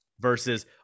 Versus